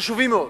חשובים מאוד.